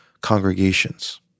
congregations